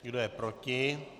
Kdo je proti?